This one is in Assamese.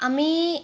আমি